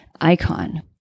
icon